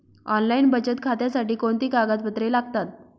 Online बचत खात्यासाठी कोणती कागदपत्रे लागतात?